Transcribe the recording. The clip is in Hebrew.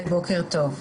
שלום.